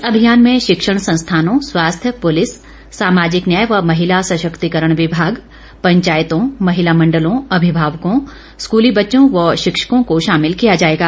इस अभियान में शिक्षण संस्थानों स्वास्थ्य पुलिस सामाजिक न्याय व महिला सशक्तिकरण विभाग पंचायतों महिला मंडलों अभिभावकों स्कूली बच्चों व शिक्षकों को शामिल किया जाएगा